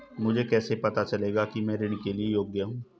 मुझे कैसे पता चलेगा कि मैं ऋण के लिए योग्य हूँ?